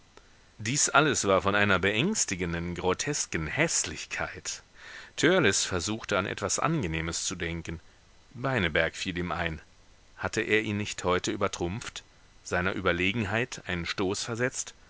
dies alles war von einer beängstigenden grotesken häßlichkeit törleß versuchte an etwas angenehmes zu denken beineberg fiel ihm ein hatte er ihn nicht heute übertrumpft seiner überlegenheit einen stoß versetzt